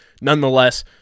nonetheless